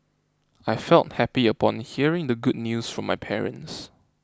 I felt happy upon hearing the good news from my parents